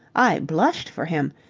i blushed for him.